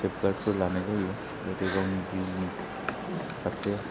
सेफगार्डफोर लानाय जायो जेरै गावनि जिउनि फारसे